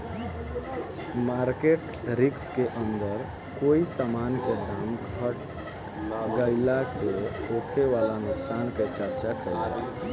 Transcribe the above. market risk के अंदर कोई समान के दाम घट गइला से होखे वाला नुकसान के चर्चा काइल जाला